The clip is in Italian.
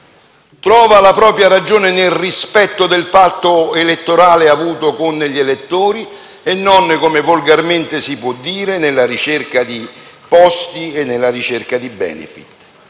della politica, ma nel rispetto del patto elettorale avuto con gli elettori e non dunque, come volgarmente si può dire, nella ricerca di posti e di *benefit*?